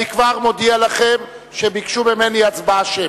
אני כבר מודיע לכם שביקשו ממני הצבעה שמית.